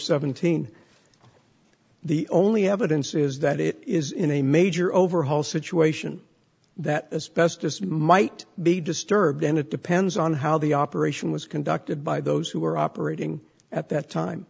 seventeen the only evidence is that it is in a major overhaul situation that as best as might be disturbed and it depends on how the operation was conducted by those who were operating at that time